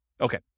Okay